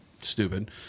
Stupid